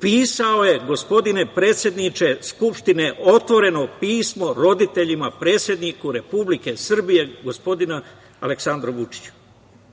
pisao je, gospodine predsedniče Skupštine, otvoreno pismo roditeljima predsedniku Republike Srbije, gospodina Aleksandra Vučića.U